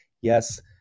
yes